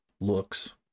looks